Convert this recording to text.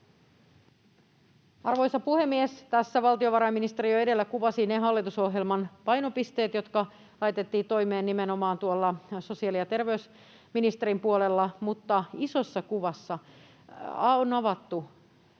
Arvoisa puhemies! Tässä valtiovarainministeri jo edellä kuvasi ne hallitusohjelman painopisteet, jotka laitettiin toimeen nimenomaan tuolla sosiaali- ja terveysministeriön puolella. Mutta isossa kuvassa on avattu